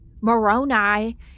Moroni